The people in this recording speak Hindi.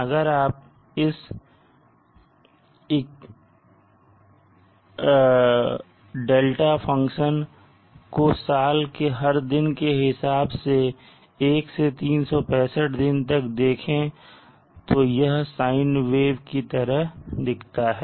अगर आप इस δ फंक्शन को साल के हर दिन के हिसाब से 1 से 365 दिन तक देखें तो यह साइन वेव की तरह दिखता है